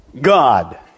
God